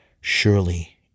Surely